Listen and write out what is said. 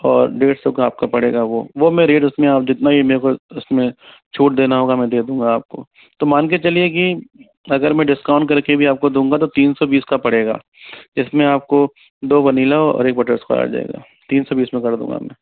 और डेढ सौ का आपका पड़ेगा वो वो मैं रेट उसमें आप जितना ये मेरे को उसमें छूट देना होगा में दे दूँगा आपको तो मान के चलिए की अगर मैं डिस्काउंट कर के भी आपको दूँगा तो तीन सौ बीस का पड़ेगा इसमें आपको दो वनीला और एक बटरस्कॉच आ जाएगा तीन सौ बीस में कर दूँगा में